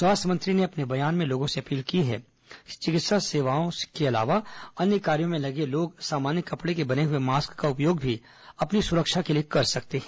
स्वास्थ्य मंत्री ने अपने बयान में लोगों से अपील की है कि चिकित्सा सेवाओं के अलावा अन्य कार्यों में लगे हुए लोग सामान्य कपड़े के बने हुए मास्क का उपयोग भी अपनी सुरक्षा के लिए कर सकते हैं